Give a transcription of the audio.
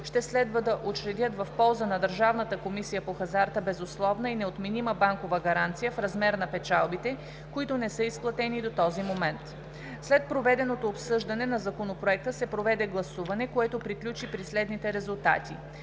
ще следва да учредят в полза на Държавната комисия по хазарта безусловна и неотменима банкова гаранция в размер на печалбите, които не са изплатени до този момент. След проведеното обсъждане на Законопроекта се проведе гласуване, което приключи при следните резултати: